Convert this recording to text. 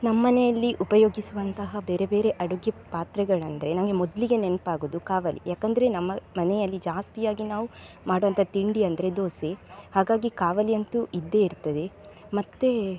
ನಮ್ಮನೆಯಲ್ಲಿ ಉಪಯೋಗಿಸುವಂತಹ ಬೇರೆ ಬೇರೆ ಅಡಿಗೆ ಪಾತ್ರೆಗಳೆಂದ್ರೆ ನನಗೆ ಮೊದಲಿಗೆ ನೆನ್ಪಾಗುವುದು ಕಾವಲಿ ಯಾಕೆಂದ್ರೆ ನಮ್ಮ ಮನೆಯಲ್ಲಿ ಜಾಸ್ತಿಯಾಗಿ ನಾವು ಮಾಡುವಂಥ ತಿಂಡಿ ಅಂದರೆ ದೋಸೆ ಹಾಗಾಗಿ ಕಾವಲಿ ಅಂತು ಇದ್ದೇ ಇರುತ್ತದೆ ಮತ್ತು